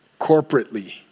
corporately